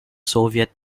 soviet